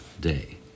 day